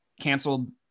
canceled